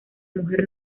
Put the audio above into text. mujer